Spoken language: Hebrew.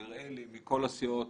נראה לי מכל הסיעות,